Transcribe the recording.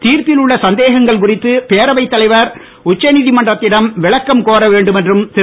தீர்ப்பில் உள்ள சந்தேகங்கள் குறித்து பேரவைத் தலைவர் உச்சநீதிமன்றத்திடம் விளக்கம் கோர வேண்டும் என்றும் திரு